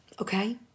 okay